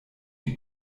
die